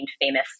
famous